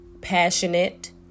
passionate